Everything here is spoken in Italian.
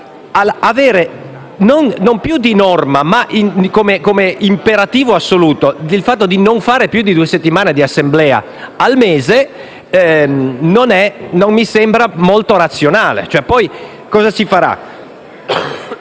avere non più di norma, ma come imperativo assoluto, il fatto di non avere più di due settimane di sedute di Assemblea al mese non mi sembra molto razionale. Poi ci si dovrà